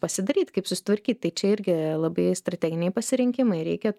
pasidaryt kaip susitvarkyt tai čia irgi labai strateginiai pasirinkimai reikia